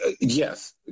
Yes